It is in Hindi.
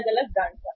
अलग अलग ब्रांड